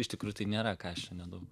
iš tikrųjų tai nėra ką aš čia nedaug